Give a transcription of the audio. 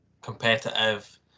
competitive